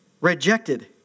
rejected